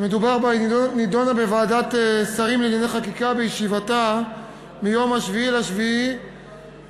שמדובר בה נדונה בוועדת השרים לענייני חקיקה בישיבתה ביום 7 ביולי